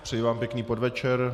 Přeji vám pěkný podvečer.